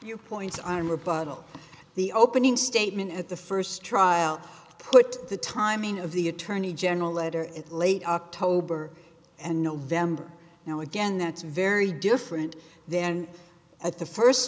but the opening statement at the first trial put the timing of the attorney general letter in late october and november now again that's very different then at the first